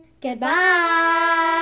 Goodbye